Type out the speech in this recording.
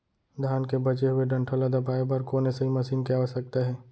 धान के बचे हुए डंठल ल दबाये बर कोन एसई मशीन के आवश्यकता हे?